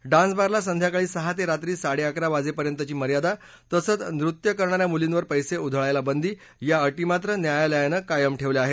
dance बारला संध्याकाळी सहा ते रात्री साडे अकरा वाजेपर्यंतची मर्यादा तसंच नृत्य करणा या मुलींवर पैसे उधळायला बंदी या अटी मात्र न्यायालयानं कायम ठेवल्या आहेत